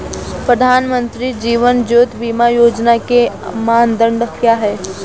प्रधानमंत्री जीवन ज्योति बीमा योजना के मानदंड क्या हैं?